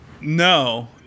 No